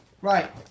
Right